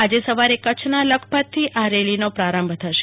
આજે સવારે કચ્છના લખપતથી આ રેલીનો પ્રારંભ થશે